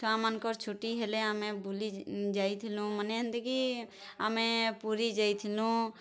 ଛୁଆ ମାନକର୍ ଛୁଟି ହେଲେ ଆମେ ବୁଲି ଯାଇଥିଲୁଁ ମାନେ ହେନ୍ତିକି ଆମେ ପୁରୀ ଯାଇଥିନୁଁ